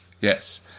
Yes